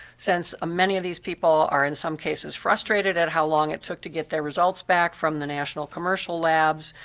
since ah many of these people are in some cases frustrated at how long it took to get their results back from the national commercial labs,